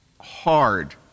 hard